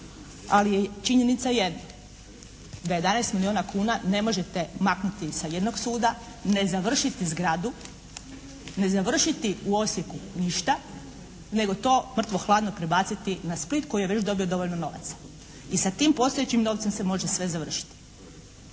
ali činjenica je da 11 milijuna kuna ne možete maknuti sa jednog suda, ne završiti zgradu, ne završiti u Osijeku ništa, nego to mrtvo hladno prebaciti na Split koji je već dobio dovoljno novaca i sa tim postojećim novcem se može sve završiti.